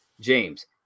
James